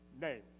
name